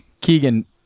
Keegan